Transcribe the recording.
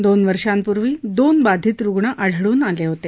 दोन दिवसांपूर्वी दोन बाधित रुग्ण आढळून आले होते